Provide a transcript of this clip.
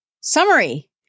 Summary